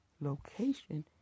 location